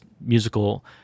musical